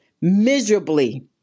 miserably